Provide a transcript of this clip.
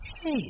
hey